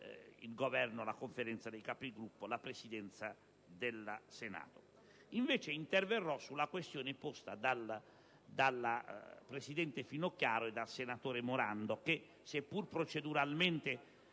il Governo, la Conferenza dei Capigruppo e la Presidenza del Senato. Al contrario, interverrò sulle questioni poste dalla presidente Finocchiaro e dal senatore Morando che, seppur proceduralmente